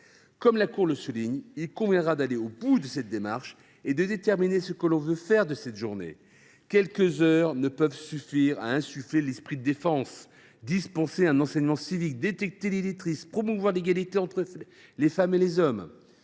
Comme la Cour le souligne, il conviendra d’aller au bout de cette démarche et de déterminer ce que nous souhaitons faire de cette journée. Quelques heures ne peuvent suffire à insuffler l’esprit de défense, à dispenser un enseignement civique, à détecter l’illettrisme et à promouvoir l’égalité entre les femmes et les hommes…